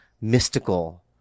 mystical